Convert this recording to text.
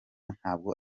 ntabwo